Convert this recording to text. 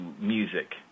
music